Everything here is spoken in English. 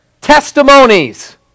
Testimonies